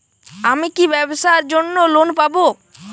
আমি কি ব্যবসার জন্য লোন পাব?